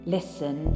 Listen